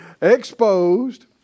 Exposed